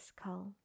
skull